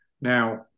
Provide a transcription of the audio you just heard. Now